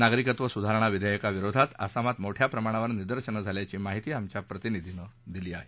नागरिकत्व सुधारणा विधेयकाविरोधात आसामात मोठ्या प्रमाणावर निदर्शनं झाल्याची माहिती आमच्या प्रतिनिधीनं दिली आहे